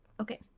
Okay